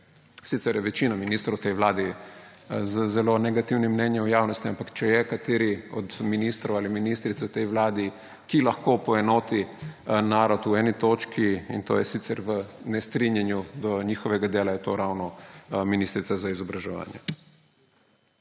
sicer je večina ministrov v tej vladi z zelo negativnim mnenjem v javnosti, ampak če je kateri od ministrov ali ministric v tej vladi, ki lahko poenoti narod v eni točki, in to je sicer v nestrinjanju do njihovega dela, je to ravno ministrica za izobraževanje.